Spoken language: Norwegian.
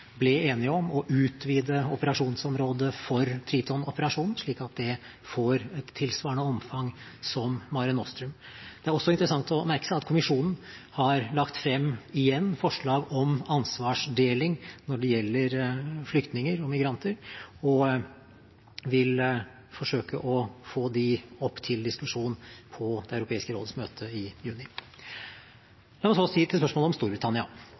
ble enige om å utvide operasjonsområdet for Triton-operasjonen, slik at det får et tilsvarende omfang som Mare Nostrum. Det er også interessant å merke seg at kommisjonen har lagt frem – igjen – forslag om ansvarsdeling når det gjelder flyktninger og migranter, og vil forsøke å få dem opp til diskusjon på Det europeiske råds møte i juni. La meg så si til spørsmålet om Storbritannia: